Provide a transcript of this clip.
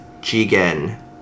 Jigen